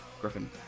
Griffin